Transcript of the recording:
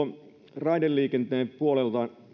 raideliikenteen puolelta